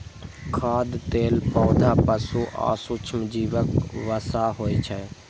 खाद्य तेल पौधा, पशु आ सूक्ष्मजीवक वसा होइ छै